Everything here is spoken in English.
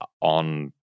on